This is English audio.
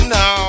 no